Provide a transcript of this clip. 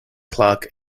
clerk